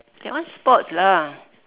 that one sports lah